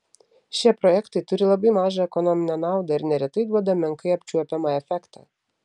šie projektai turi labai mažą ekonominę naudą ir neretai duoda menkai apčiuopiamą efektą